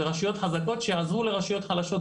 ורשויות חזקות שיעזרו לרשויות חלשות.